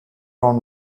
ron